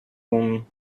room